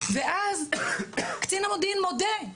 ואז קצין המודיעין מודה,